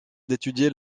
d’étudier